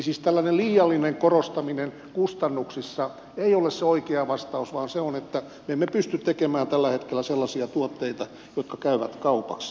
siis tällainen liiallinen korostaminen kustannuksissa ei ole se oikea vastaus vaan se on että me emme pysty tekemään tällä hetkellä sellaisia tuotteita jotka käyvät kaupaksi